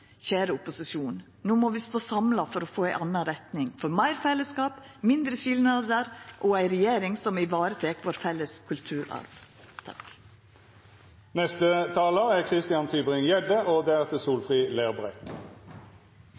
Kjære opposisjon! No må vi stå samla for å få ei anna retning – for meir fellesskap, mindre skilnader og ei regjering som tek vare på den felles kulturarven vår. Jeløya-erklæringen er en garanti for at den vedtatte langtidsplanen og